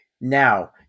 now